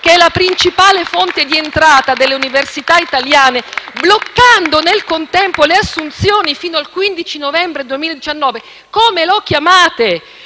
che è la principale fonte di entrata delle università italiane, bloccando nel contempo le assunzioni fino al 15 novembre 2019, come lo chiamate?